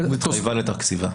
הסוכנות התחייבה לתקציבה.